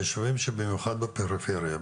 ביישובים במיוחד בפריפריה,